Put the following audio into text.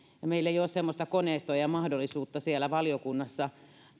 eikä meillä ole semmoista koneistoa ja mahdollisuutta valiokunnassa